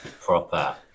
proper